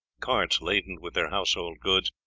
carts laden with their household goods,